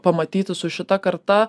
pamatyti su šita karta